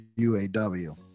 UAW